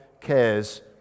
cares